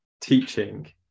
teaching